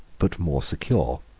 but more secure.